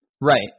Right